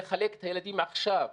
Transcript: לחלק את הילדים עכשיו,